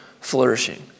flourishing